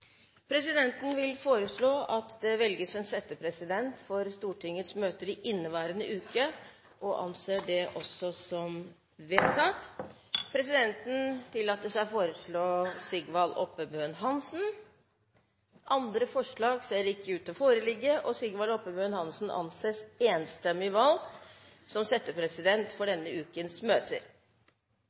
Presidenten vil foreslå at det velges en settepresident for Stortingets møter i inneværende uke – og anser det som vedtatt. Presidenten tillater seg å foreslå Sigvald Oppebøen Hansen. – Andre forslag ser ikke ut til å foreligge, og Sigvald Oppebøen Hansen anses enstemmig valgt som settepresident for denne ukens møter.